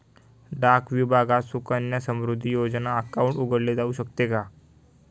डाक विभागात सुकन्या समृद्धी योजना अकाउंट उघडले जाऊ शकते का?